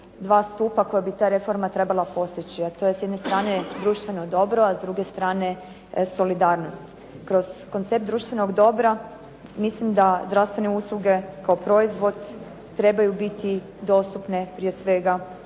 dva stupa koja bi ta reforma trebala postići, a to je s jedne strane društveno dobro, a s druge strane solidarnost. Kroz koncept društvenog dobra, mislim da zdravstvene usluge kao proizvod trebaju biti dostupne prije svega